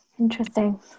Interesting